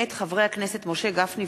מאת חברת הכנסת ליה שמטוב,